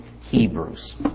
Hebrews